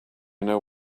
know